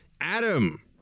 Adam